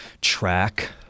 track